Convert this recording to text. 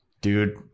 dude